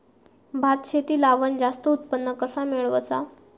भात शेती लावण जास्त उत्पन्न कसा मेळवचा?